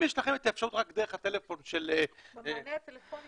מענה הטלפוני